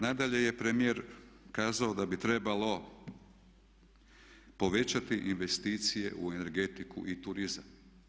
Nadalje je premijer kazao da bi trebalo povećati investicije u energetiku i turizam.